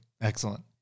excellent